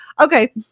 Okay